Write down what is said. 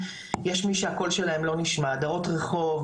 יש מי שהקול שלהם לא נשמע: דרות רחוב,